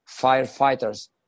firefighters